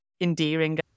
endearing